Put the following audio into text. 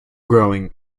growing